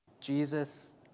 Jesus